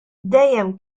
dejjem